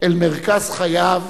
אל מרכז חייו,